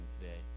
today